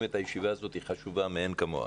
מקיימים את הישיבה הזאת שהיא חשובה מאין כמוה.